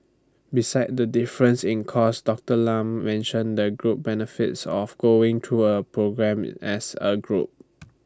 besides the difference in cost Doctor Lam mentioned the group benefits of going through A programme as A group